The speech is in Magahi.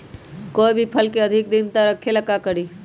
कोई भी फल के अधिक दिन तक रखे के ले ल का करी?